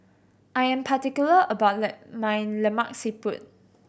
I am particular about the my Lemak Siput